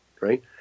right